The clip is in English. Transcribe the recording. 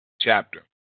chapter